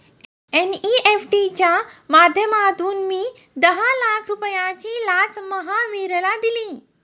NEFT च्या माध्यमातून मी दहा लाख रुपयांची लाच महावीरला दिली